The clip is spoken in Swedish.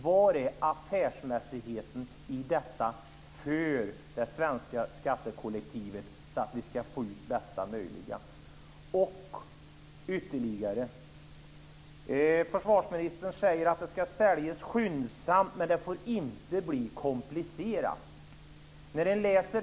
Var är affärsmässigheten i detta för det svenska skattekollektivet som ska få ut det bästa möjliga? Försvarsministern säger att det ska säljas skyndsamt men att det inte får bli komplicerat.